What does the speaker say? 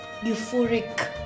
euphoric